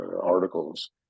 articles